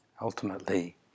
Ultimately